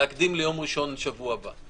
להקדים כבר ליום ראשון בשבוע הבא.